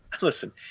listen